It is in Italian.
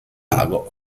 lago